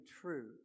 true